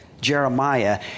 Jeremiah